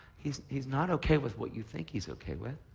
he's he's not okay with what you think he's okay with.